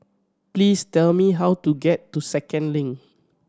please tell me how to get to Second Link